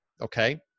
Okay